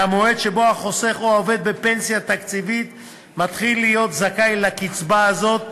מהמועד שבו החוסך או העובד בפנסיה התקציבית מתחיל להיות זכאי לקצבה הזו,